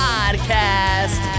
Podcast